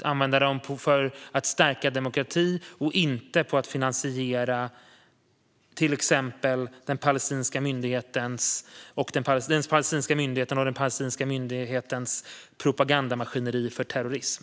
Vi måste använda dem till att stärka demokrati och inte till att finansiera till exempel den palestinska myndigheten och dess propagandamaskineri för terrorism.